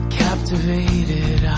captivated